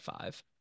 five